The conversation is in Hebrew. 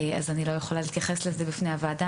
אז אני לא יכולה להתייחס לזה בפני הוועדה.